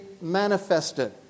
manifested